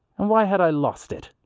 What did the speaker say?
and why had i lost it?